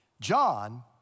John